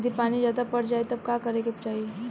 यदि पानी ज्यादा पट जायी तब का करे के चाही?